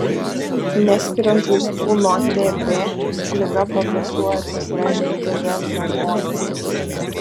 neskiriant vaistų nuo tb liga progresuoja ir pasireiškia tb pneumonija